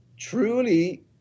truly